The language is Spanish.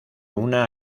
una